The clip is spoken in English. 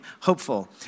Hopeful